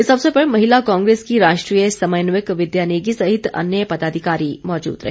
इस अवसर पर महिला कांग्रेस की राष्ट्रीय समन्वयक विद्या नेगी सहित अन्य पदाधिकारी मौजूद रहे